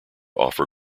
offer